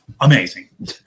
Amazing